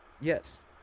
yes